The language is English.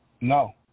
No